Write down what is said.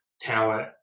talent